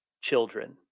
children